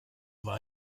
war